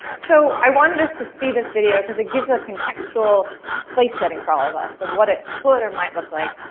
so i wanted us to see this video because it gives a contextual place setting for all of us of what it could or might look like.